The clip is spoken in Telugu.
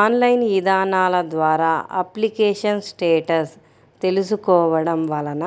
ఆన్లైన్ ఇదానాల ద్వారా అప్లికేషన్ స్టేటస్ తెలుసుకోవడం వలన